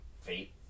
Fate